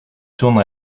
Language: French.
tourne